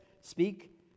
Speak